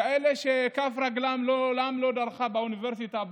כאלה שכף רגלן מעולם לא דרכה באוניברסיטה,